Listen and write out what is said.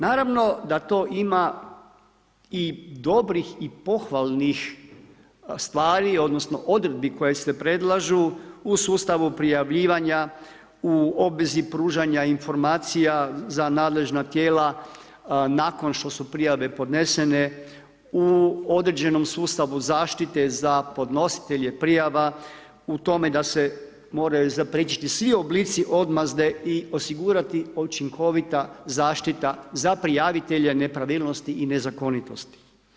Naravno da to ima i dobrih i pohvalnih stvari, odnosno odredbi koje se predlažu u sustavu prijavljivanja u obvezi pružanja informacija za nadležna tijela nakon što su prijave podnesene u određenom sustavu zaštite za podnositelje prijava u tome da se moraju zapriječiti svi oblici odmazde i osigurati učinkovita zaštita za prijavitelje nepravilnosti i nezakonitosti.